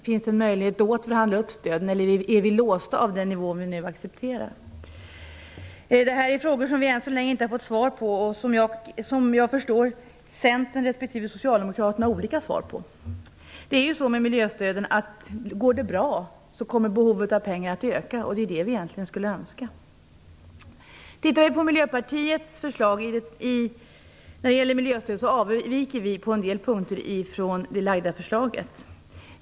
Finns det en möjlighet att förhandla upp stöden eller är vi låsta till den nivå vi nu har accepterat? Det här är frågor som vi än så länge inte har fått svar på. Jag förstår att Centern respektive Socialdemokraterna har olika svar. Det är så med miljöstöden att om det går bra, så kommer behovet av pengar att öka. Det är det vi egentligen skulle önska. Miljöpartiets förslag om miljöstöd avviker på en del punkter ifrån det lagda förslaget.